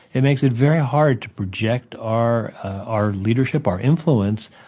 it makes it very hard to project our our leadership, our influence,